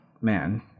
man